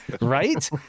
right